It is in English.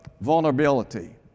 vulnerability